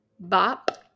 bop